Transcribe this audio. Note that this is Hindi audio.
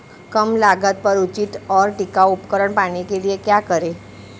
कम लागत पर उचित और टिकाऊ उपकरण पाने के लिए क्या करें?